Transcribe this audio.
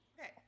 Okay